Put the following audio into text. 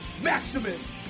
Maximus